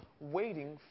waiting